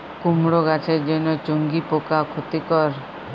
কুমড়ো গাছের জন্য চুঙ্গি পোকা ক্ষতিকর?